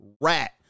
rat